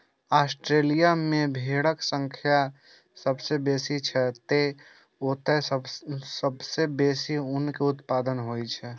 Australia मे भेड़क संख्या सबसं बेसी छै, तें ओतय सबसं बेसी ऊनक उत्पादन होइ छै